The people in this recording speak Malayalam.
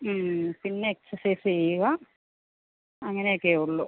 പിന്നെ എക്സർസൈസ് ചെയ്യുക അങ്ങനൊക്കെയുള്ളൂ